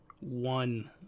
one